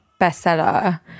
bestseller